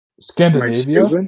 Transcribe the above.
Scandinavia